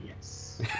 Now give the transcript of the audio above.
yes